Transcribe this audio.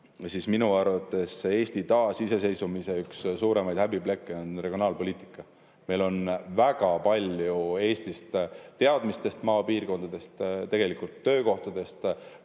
siis minu arvates Eesti taasiseseisvumise üks suuremaid häbiplekke on regionaalpoliitika. Meil on väga palju teadmisi [töökäsi vajavatest] Eesti maapiirkondadest, tegelikult töökohtadest,